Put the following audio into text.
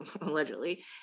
allegedly